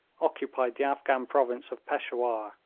occupied the afghan province of peshawur,